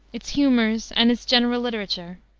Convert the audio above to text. its humors and its general literature,